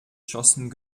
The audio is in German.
schossen